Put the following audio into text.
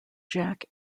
jack